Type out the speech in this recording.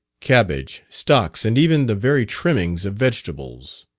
cabbage stocks, and even the very trimmings of vegetables.